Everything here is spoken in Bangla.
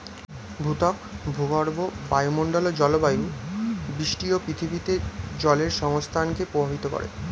ভূত্বক, ভূগর্ভ, বায়ুমন্ডল ও জলবায়ু বৃষ্টি ও পৃথিবীতে জলের সংস্থানকে প্রভাবিত করে